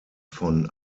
von